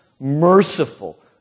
merciful